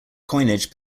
coinage